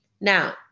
Now